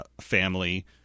family